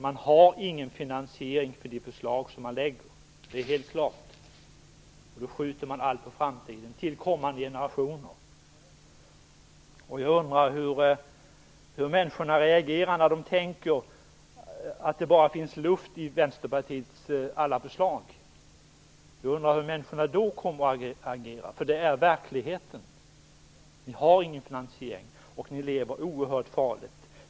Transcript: Man har ingen finansiering för sina förslag, det är helt klart. Man skjuter allt till kommande generationer. Jag undrar hur människorna reagerar när de ser att det bara är luft i Vänsterpartiets alla förslag. Jag undrar hur människorna då kommer att agera, för i verkligheten har ni ingen finansiering. Ni lever oerhört farligt.